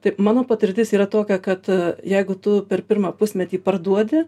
tai mano patirtis yra tokia kad jeigu tu per pirmą pusmetį parduodi